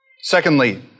Secondly